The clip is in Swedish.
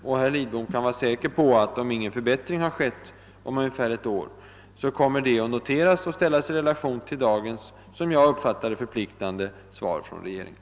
Och herr Lidbom kan vara säker på, att om ingen förbättring skett om ungefär ett år, så kommer det att noteras och ställas i relation till dagens, som jag uppfattar det, förpliktande svar från regeringen.